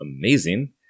amazing